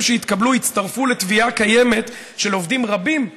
שיתקבלו יצטרפו לתביעה קיימת של עובדים רבים בלהב"ה,